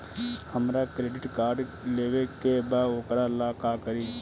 हमरा credit card लेवे के बा वोकरा ला का करी?